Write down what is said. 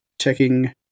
checking